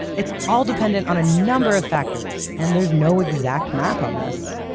it's all dependent on a number of factors and there's no exact math on this.